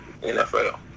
NFL